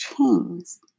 chains